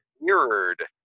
mirrored